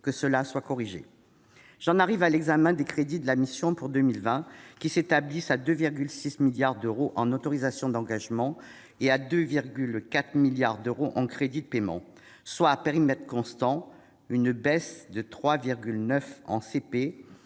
de voir corrigée. J'en arrive à l'examen des crédits de la mission pour 2020. Ils s'établissent à 2,6 milliards d'euros en autorisations d'engagement (AE) et à 2,4 milliards d'euros en crédits de paiement (CP), soit, à périmètre constant, une baisse de 3,9 % en CP